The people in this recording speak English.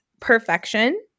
perfection